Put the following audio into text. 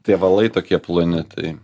tie valai tokie ploni tai